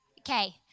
Okay